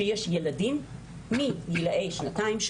שיש ילדים מגילאי שנתיים,